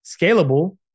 scalable